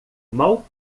mal